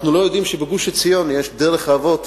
אנחנו לא יודעים שבגוש-עציון יש דרך האבות,